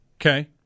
Okay